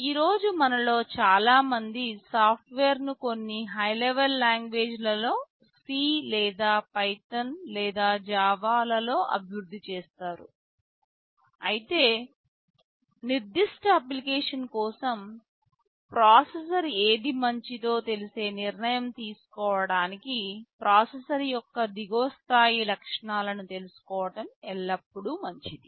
ఈ రోజు మనలో చాలా మంది సాఫ్ట్వేర్ను కొన్ని హై లెవెల్ లాంగ్వేజ్ లలో C లేదా పైథాన్ లేదా జావాలో అభివృద్ధి చేస్తారు అయితే నిర్దిష్ట అప్లికేషన్ కోసం ప్రాసెసర్ ఏది మంచిదో తెలిసే నిర్ణయం తీసుకోవటానికి ప్రాసెసర్ యొక్క దిగువ స్థాయి లక్షణాలను తెలుసుకోవడం ఎల్లప్పుడూ మంచిది